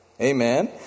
Amen